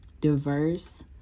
diverse